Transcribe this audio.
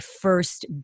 first